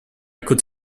could